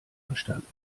verstanden